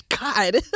God